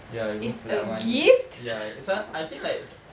ya you know like I want ya it's a I think like